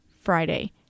Friday